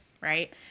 Right